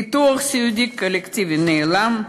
הביטוח הסיעודי הקולקטיבי נעלם,